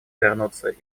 вернуться